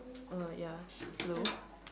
uh ya hello